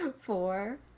four